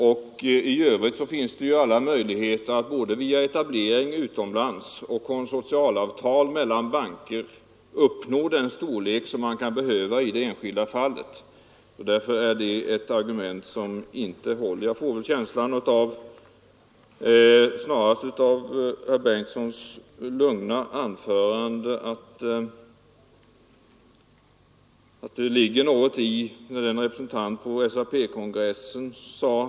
För övrigt bör det finnas möjligheter att både via etablering utomlands och via konsortialavtal mellan banker uppnå den storlek som kan behövas i det enskilda fallet. Därför är det ett argument som inte håller. Av herr Bengtssons lugna anförande får jag snarast känslan av att det ligger något i vad ett ombud på SAP-kongressen sade.